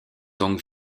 donc